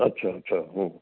अच्छा अच्छा हम्म